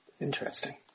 Interesting